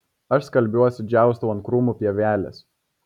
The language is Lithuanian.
aš skalbiuosi džiaustau ant krūmų pievelės